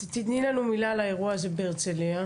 תתני לנו מילה על האירוע הזה בהרצליה.